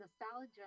nostalgia